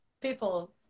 people